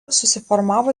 susiformavo